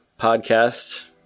podcast